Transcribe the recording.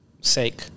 sake